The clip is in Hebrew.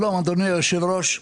שלום אדוני יושב הראש.